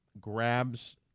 grabs